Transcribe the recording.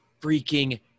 freaking